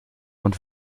und